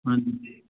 ਹਾਂਜੀ